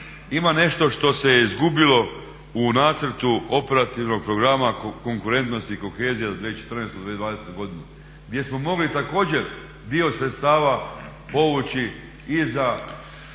ima nešto što se izgubilo u nacrtu Operativnog programa konkurentnosti i kohezije za 2014.-2020. gdje smo mogli također dio sredstava povući i za